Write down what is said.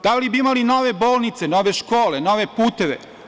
Da li bi imali nove bolnice, nove škole, nove puteve?